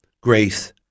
grace